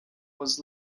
was